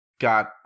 got